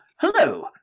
Hello